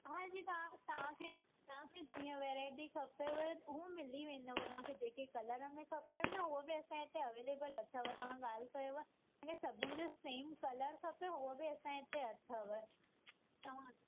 हांजी तव्हां तव्हांखे तव्हांखे जीअं वैराइटी खपेब हू मिली वेंदव तव्हांखे जेके कलरु में खपनि न उहा बि असांजे हिते अवेलेबल अथव तव्हां ॻाल्हि कयव हिन सभिनिन जो सेम कलरु खपे उहो बि असांजे हिते अथव तव्हां